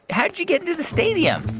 how'd you get into the stadium?